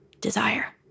desire